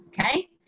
okay